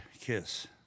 kiss